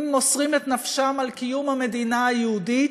מוסרים את נפשם על קיום המדינה היהודית,